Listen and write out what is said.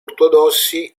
ortodossi